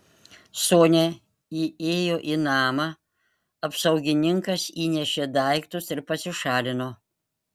sonia įėjo į namą apsaugininkas įnešė daiktus ir pasišalino